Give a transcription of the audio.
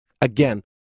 again